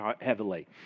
heavily